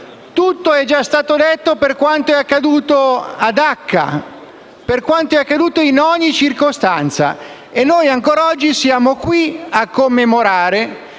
tutto è già stato detto per quanto accaduto a Dacca, per quanto accaduto in ogni circostanza. E noi ancora oggi siamo qui a commemorare